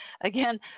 Again